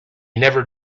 never